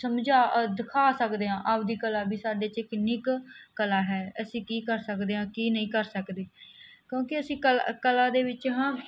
ਸਮਝਾ ਦਿਖਾ ਸਕਦੇ ਹਾਂ ਆਪਦੀ ਕਲਾ ਵੀ ਸਾਡੇ 'ਚ ਕਿੰਨੀ ਕੁ ਕਲਾ ਹੈ ਅਸੀਂ ਕੀ ਕਰ ਸਕਦੇ ਹਾਂ ਕੀ ਨਹੀਂ ਕਰ ਸਕਦੇ ਕਿਉਂਕਿ ਅਸੀਂ ਕਲਾ ਕਲਾ ਦੇ ਵਿੱਚ ਹਾਂ